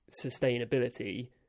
sustainability